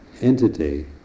entity